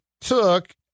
took